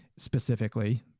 specifically